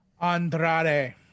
Andrade